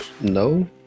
No